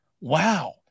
wow